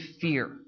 fear